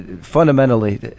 Fundamentally